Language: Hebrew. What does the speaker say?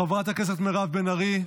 חברת הכנסת מירב בן ארי,